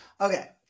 Okay